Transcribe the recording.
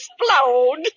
explode